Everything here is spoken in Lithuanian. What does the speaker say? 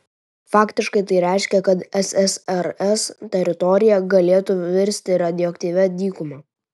faktiškai tai reiškė kad ssrs teritorija galėtų virsti radioaktyvia dykuma